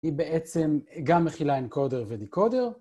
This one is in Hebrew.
היא בעצם גם מכילה אנקודר ודיקודר.